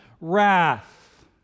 wrath